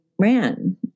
ran